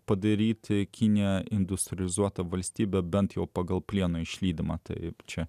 padaryti kinija industrializuota valstybė bent jau pagal plieno išlydymą taip čia